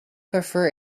prefer